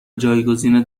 جایگزین